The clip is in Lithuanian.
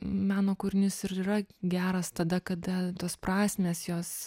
meno kūrinys ir yra geras tada kada tos prasmės jos